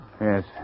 Yes